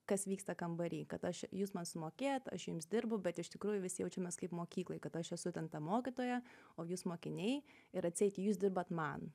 kas vyksta kambary kad aš jūs man sumokėjot aš jums dirbu bet iš tikrųjų vis jaučiamės kaip mokykloj kad aš esu ten ta mokytoja o jūs mokiniai ir atseit jūs dirbat man